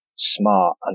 smart